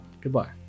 goodbye